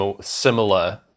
similar